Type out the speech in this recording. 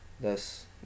thus